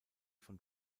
von